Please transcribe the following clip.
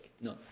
no